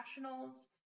nationals